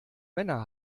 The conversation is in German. männer